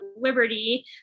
Liberty